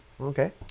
Okay